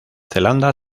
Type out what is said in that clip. zelanda